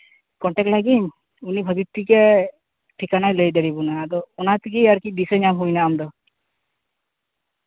contact ᱞᱟᱭ ᱜᱤᱧ ᱩᱱᱤ ᱵᱷᱟᱜᱮ ᱴᱷᱤᱠ ᱮ ᱴᱷᱤᱠᱟᱱᱟᱭ ᱞᱟᱹᱭ ᱫᱟᱲᱮᱣᱟᱵᱚᱱᱟ ᱟᱫᱚ ᱚᱱᱟ ᱛᱮᱜᱮ ᱟᱨᱠᱤ ᱫᱤᱥᱟᱹ ᱧᱟᱢ ᱦᱩᱭᱱᱟ ᱟᱢᱫᱚ